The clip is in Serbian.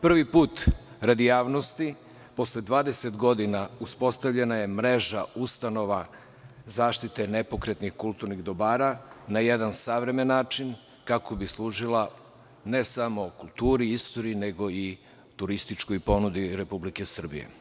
Prvi put radi javnosti posle 20 godina uspostavljena je mreža ustanova Zaštite nepokretnih kulturnih dobara na jedan savremeni način kako bi služila ne samo kulturi, istoriji, nego i turističkoj ponudi Republike Srbije.